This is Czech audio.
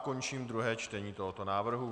Končím druhé čtení tohoto návrhu.